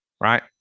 Right